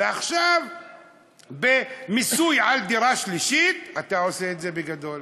ועכשיו במיסוי על דירה שלישית אתה עושה את זה בגדול.